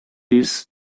these